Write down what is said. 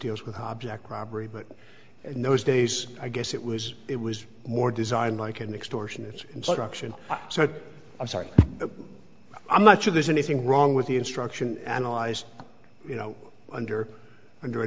deals with object robbery but in those days i guess it was it was more designed like an extortionist instruction so i'm sorry but i'm not sure there's anything wrong with the instruction analyzed you know under under a